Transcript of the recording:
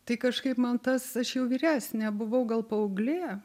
tai kažkaip man tas aš jau vyresnė buvau gal paauglė